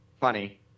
funny